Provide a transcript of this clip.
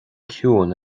ciúin